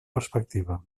perspectiva